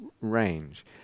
range